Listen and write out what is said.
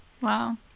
Wow